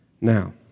Now